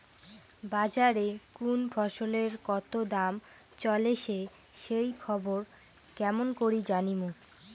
বাজারে কুন ফসলের কতো দাম চলেসে সেই খবর কেমন করি জানীমু?